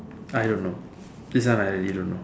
I don't know this one I really don't know